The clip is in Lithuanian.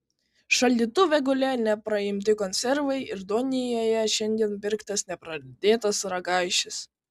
šaldytuve gulėjo nepraimti konservai ir duoninėje šiandien pirktas nepradėtas ragaišis